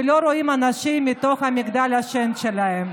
ולא רואים אנשים מתוך מגדל השן שלהם.